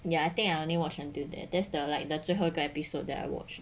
ya I think I only watch until there that's the like 最后一个 episode that I watch